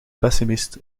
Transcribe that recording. pessimist